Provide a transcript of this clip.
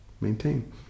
maintain